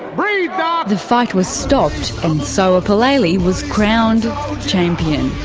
breathe, doc! the fight was stopped and soa palelei like was crowned champion.